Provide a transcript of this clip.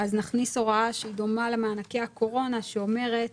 אז נכניס הוראה שדומה למענקי הקורונה שאומרת